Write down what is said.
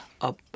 Up